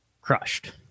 crushed